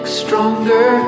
stronger